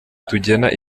tugena